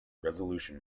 resolution